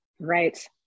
Right